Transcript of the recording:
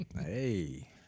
Hey